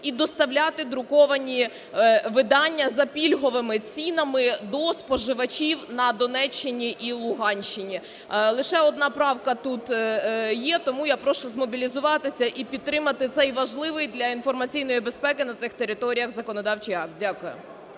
і доставляти друковані видання за пільговими цінами до споживачів на Донеччині і Луганщині. Лише одна правка тут є. Тому я прошу змобілізуватися і підтримати цей важливий для інформаційної безпеки на цих територіях законодавчий акт. Дякую.